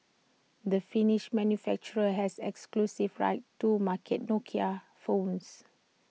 the finnish manufacturer has exclusive rights to market Nokia's phones